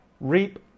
reap